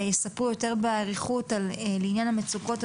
יספרו יותר באריכות על עניין המצוקות.